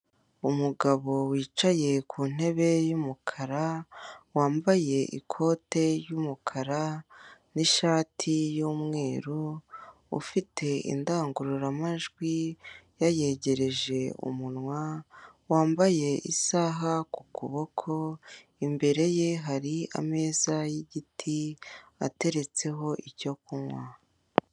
Umugabo wicaye ku ntebe y'umukara wambaye ikote ry'umukara n'ishati y'umweru ufite indangururamajwi yayegereje umunwa wamabye isaha ku kuboko, imbere ye hari ameza y'igiti ateretseho icyo kunywa.